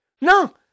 no